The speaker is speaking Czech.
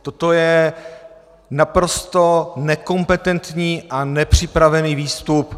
Toto je naprosto nekompetentní a nepřipravený výstup.